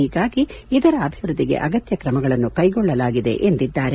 ಹೀಗಾಗಿ ಇದರ ಅಭಿವೃದ್ಧಿಗೆ ಅಗತ್ಯ ಕ್ರಮಗಳನ್ನು ಕೈಗೊಳ್ಳಲಾಗಿದೆ ಎಂದಿದ್ದಾರೆ